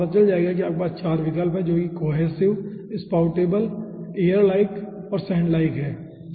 तो आपको पता चल जाएगा कि आपके पास 4 विकल्प हैं जो कोहेसिव स्पाउटेबल एयर लाइक और सैंड लाइक है